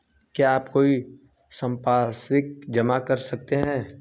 क्या आप कोई संपार्श्विक जमा कर सकते हैं?